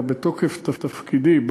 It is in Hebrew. אלא בתוקף תפקידי,